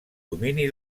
domini